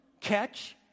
catch